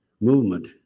movement